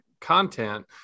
content